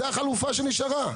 זו החלופה שנשארה,